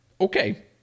Okay